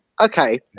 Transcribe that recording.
Okay